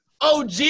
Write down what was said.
OG